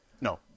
No